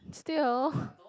still